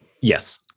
yes